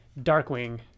Darkwing